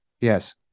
Yes